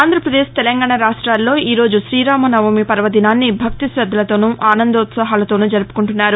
ఆంధ్రపదేశ్ తెలంగాణ రాష్టాలలో ఈ రోజు శ్రీరామనవమి పర్వదినాన్ని భక్తి శద్దలతోనూ ఆనందోత్సాహకాలతోను జరుపుకుంటున్నారు